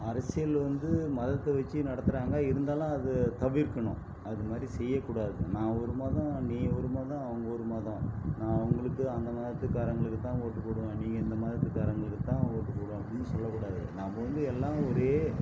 அரசியல் வந்து மதத்தை வச்சு நடத்துறாங்க இருந்தாலும் அது தவிர்க்கணும் அதுமாதிரி செய்யக்கூடாது நான் ஒரு மதம் நீ ஒரு மதம் அவங்க ஒரு மதம் நான் அவங்களுக்கு அந்த மதத்துகாரங்களுக்கு தான் ஓட்டு போடுவேன் நீங்கள் இந்த மதத்துகாரங்களுக்கு தான் ஓட்டு போடணுன்னு அப்டின்னு சொல்லக்கூடாது நம்ப வந்து எல்லாம் ஒரே